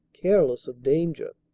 careless of danger.